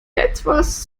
etwas